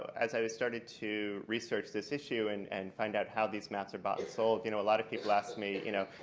as i started to research this issue and and find out how these maps are bought and sold, you know a lot of people ask me, you know,